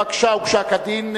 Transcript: הבקשה הוגשה כדין,